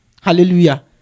Hallelujah